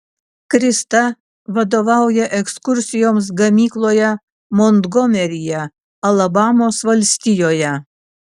krista vadovauja ekskursijoms gamykloje montgomeryje alabamos valstijoje